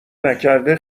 نکرده